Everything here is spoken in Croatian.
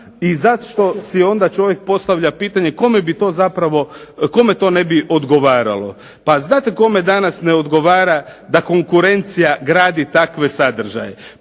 I zašto si onda čovjek postavlja pitanje kome bi to zapravo, kome to ne bi odgovaralo? Pa znate kome danas ne odgovara da konkurencija gradi takve sadržaje?